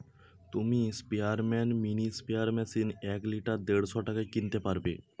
তুমি sprayman mini sprayer machine এক litre দেড়শ টাকায় কিনতে পারবে